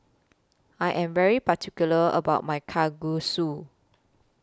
I Am very particular about My Kalguksu